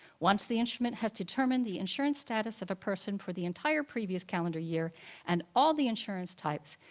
once the instrument has determined the insurance status of a person for the entire previous calendar year and all the insurance types,